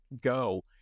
go